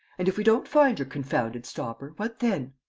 and, if we don't find your confounded stopper, what then?